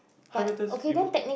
how may times people